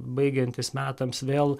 baigiantis metams vėl